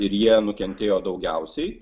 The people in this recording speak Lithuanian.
ir jie nukentėjo daugiausiai